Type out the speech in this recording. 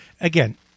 again